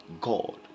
God